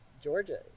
Georgia